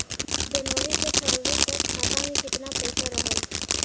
जनवरी से फरवरी तक खाता में कितना पईसा रहल?